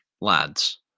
lads